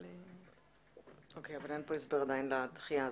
בסדר, אבל עדיין אין כאן הסבר לדחייה הזאת.